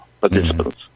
participants